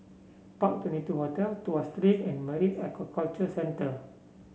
Park Twenty two Hotel Tuas Street and Marine Aquaculture Centre